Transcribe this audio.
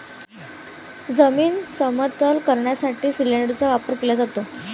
जमीन समतल करण्यासाठी सिलिंडरचा वापर केला जातो